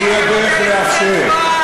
היא הדרך לאפשר.